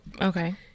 Okay